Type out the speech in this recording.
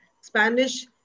Spanish